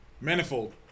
Manifold